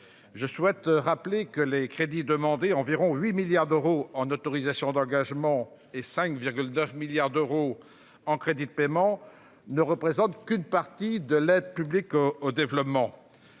d'ordre général. Les crédits demandés- environ 8 milliards d'euros en autorisations d'engagement et 5,9 milliards d'euros en crédits de paiement -ne représentent qu'une partie de l'aide publique au développement.